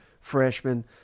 freshman